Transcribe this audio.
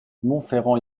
monferrand